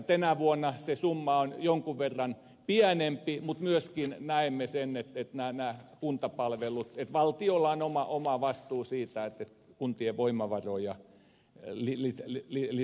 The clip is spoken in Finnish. tänä vuonna se summa on jonkun verran pienempi mutta näemme kuitenkin sen että valtiolla on oma vastuu siitä että kuntien voimavaroja lisätään